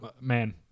man